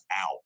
out